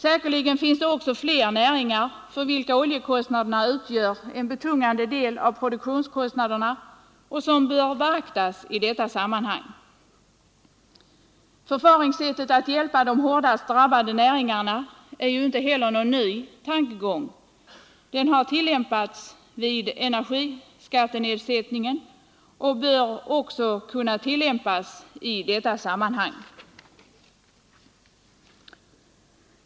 Säkerligen finns det också fler näringar för vilka oljekostnaderna utgör en betungande del av produktionskostnaderna och som bör beaktas i detta sammanhang. Förfaringssättet att hjälpa de hårdast drabbade näringarna är inte nytt; det har tillämpats vid energiskattenedsättningen och bör också kunna tillämpas i detta sammanhang.